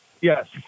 Yes